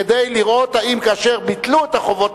כדי לראות אם כאשר ביטלו את חובות